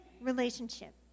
relationship